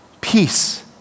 peace